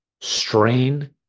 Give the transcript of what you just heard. strain